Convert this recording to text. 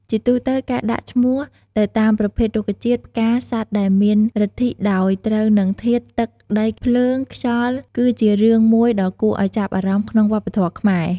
ជាទូទៅកាដាក់ឈ្មោះ ទៅតាមប្រភេទរុក្ខជាតិ ផ្កា សត្វដែលមានឫទ្ធិអោយត្រូវនឹងធាតុ ទឹក ដី ភ្លើង ខ្យល់ គឺជារឿងមួយដ៏គួរឲ្យចាប់អារម្មណ៍ក្នុងវប្បធម៌ខ្មែរ។